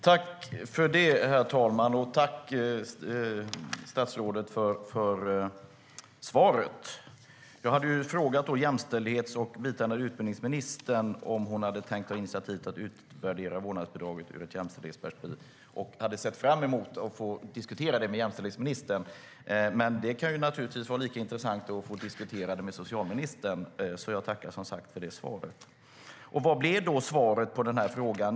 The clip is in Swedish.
Herr talman! Tack, statsrådet, för svaret! Jag hade frågat jämställdhets och biträdande utbildningsministern om hon hade tänkt ta initiativ till att utvärdera vårdnadsbidraget ur ett jämställdhetsperspektiv, och jag hade sett fram emot att få diskutera frågan med jämställdhetsministern. Men det kan naturligtvis vara lika intressant att diskutera frågan med socialministern, och jag tackar för svaret. Vad blev svaret på frågan?